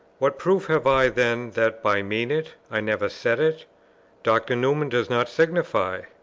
what proof have i, then, that by mean it? i never said it dr. newman does not signify,